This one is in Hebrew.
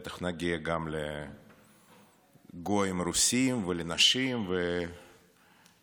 בטח נגיע גם לגויים רוסים ולנשים ולאוכלוסיות